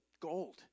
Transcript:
gold